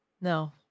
no